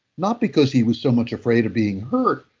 not because he was so much afraid of being hurt,